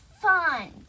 fun